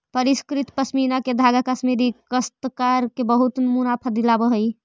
परिष्कृत पशमीना के धागा कश्मीरी काश्तकार के बहुत मुनाफा दिलावऽ हई